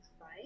Right